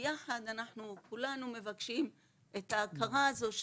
וביחד אנחנו כולנו מבקשים את ההכרה הזו,